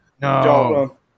No